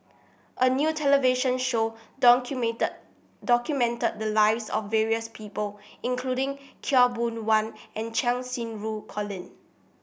a new television show documented the lives of various people including Khaw Boon Wan and Cheng Xinru Colin